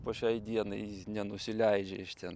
po šiai dienai nenusileidžia iš ten